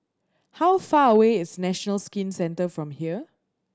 how far away is National Skin Centre from here